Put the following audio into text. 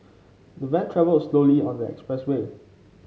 the van travelled slowly on the expressway